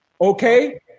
okay